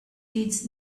needs